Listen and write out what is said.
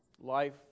life